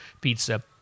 pizza